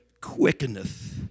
quickeneth